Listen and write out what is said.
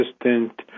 Assistant